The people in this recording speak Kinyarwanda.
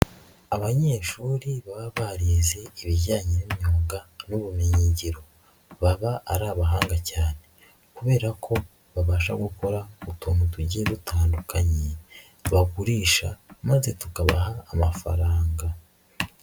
Abanyeshuri baba barize ibijyanye n'imyuga n'ubumenyingiro baba ari abahanga cyane, kubera ko babasha gukora utuntu tugiye dutandukanye bagurisha maze tukabaha amafaranga.